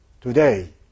today